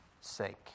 sake